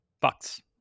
Bucks